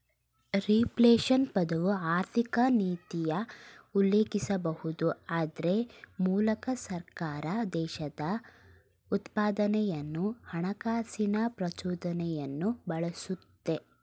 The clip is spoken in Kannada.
ರಿಪ್ಲೇಶನ್ ಪದವು ಆರ್ಥಿಕನೀತಿಯ ಉಲ್ಲೇಖಿಸಬಹುದು ಅದ್ರ ಮೂಲಕ ಸರ್ಕಾರ ದೇಶದ ಉತ್ಪಾದನೆಯನ್ನು ಹಣಕಾಸಿನ ಪ್ರಚೋದನೆಯನ್ನು ಬಳಸುತ್ತೆ